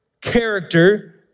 character